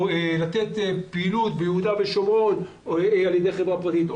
או לתת פעילות ביהודה ושומרון על ידי חברה פרטית,